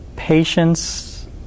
patience